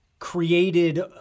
created